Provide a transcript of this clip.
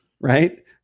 right